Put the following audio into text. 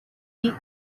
the